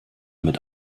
mit